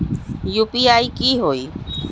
UPI की होई?